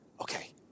okay